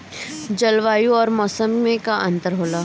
जलवायु और मौसम में का अंतर होला?